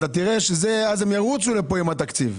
ואז הם ירוצו לפה עם התקציב.